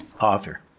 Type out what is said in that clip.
author